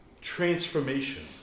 transformation